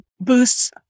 boosts